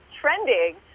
trending